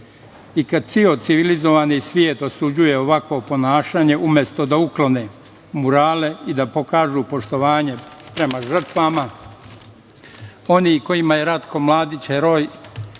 i kad ceo civilizovan svet osuđuje ovakvo ponašanje, umesto da uklone murale i da pokažu poštovanje prema žrtvama. Oni kojima je Ratko Mladić heroj